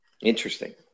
interesting